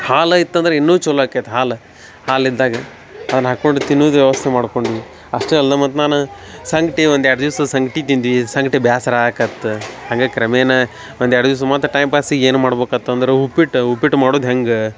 ಹಾಲ ಇತ್ತಂದ್ರ ಇನ್ನೂ ಛಲೋ ಆಕ್ಯೆತೆ ಹಾಲು ಹಾಲಿದ್ದಾಗ ಅದನ್ನ ಹಾಕೊಂಡು ತಿನ್ನುದ ವ್ಯವಸ್ಥೆ ಮಾಡ್ಕೊಂಡ್ವಿ ಅಷ್ಟೆ ಅಲ್ದ ಮತ್ತು ನಾನ ಸಂಕ್ಟಿ ಒಂದು ಎರಡು ದಿವಸ ಸಂಗ್ಟಿ ತಿಂದ್ವಿ ಸಂಗ್ಟಿ ಬ್ಯಾಸ್ರ ಆಕತ್ತ ಹಂಗಾಗಿ ಕ್ರಮೇನ ಒಂದು ಎರಡು ದಿವಸ ಮತ್ತು ಟೈಮ್ಪಾಸಿಗೆ ಏನು ಮಾಡ್ಬೇಕು ಆತ್ತಂದ್ರ ಉಪ್ಪಿಟ್ಟು ಉಪ್ಪಿಟ್ಟು ಮಾಡುದ ಹೆಂಗೆ